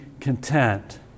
content